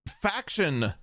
faction